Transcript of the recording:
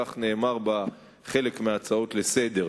כך נאמר בחלק מההצעות לסדר-היום.